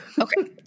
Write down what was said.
Okay